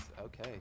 Okay